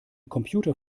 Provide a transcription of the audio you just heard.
computer